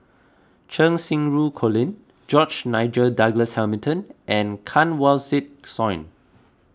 Cheng Xinru Colin George Nigel Douglas Hamilton and Kanwaljit Soin